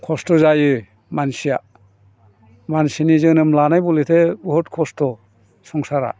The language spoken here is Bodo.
खस्थ' जायो मानसिया मानसिनि जोनोम लानाय बलेथे बहुद खस्थ' संसारा